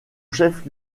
chef